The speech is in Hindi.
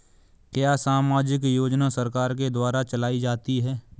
क्या सामाजिक योजना सरकार के द्वारा चलाई जाती है?